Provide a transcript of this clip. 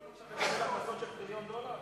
אנחנו צפויים לקבל הכנסות של טריליון דולר?